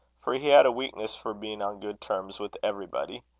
for he had a weakness for being on good terms with everybody.